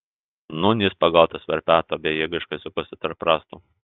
nūn jis pagautas verpeto bejėgiškai sukosi tarp rąstų